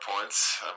points